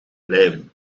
blijven